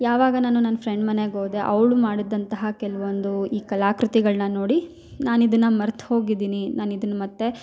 ಯಾವಾಗ ನಾನು ನನ್ನ ಫ್ರೆಂಡ್ ಮನೆಗೆ ಹೋದೆ ಅವಳು ಮಾಡಿದಂತಹ ಕೆಲವೊಂದು ಈ ಕಲಾಕೃತಿಗಳ್ನ ನೋಡಿ ನಾನು ಇದನ್ನ ಮರ್ತು ಹೋಗಿದ್ದೀನಿ ನಾನು ಇದನ್ನ ಮತ್ತು